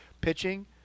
pitching